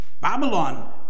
Babylon